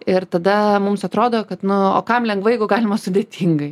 ir tada mums atrodo kad nu o kam lengvai jeigu galima sudėtingai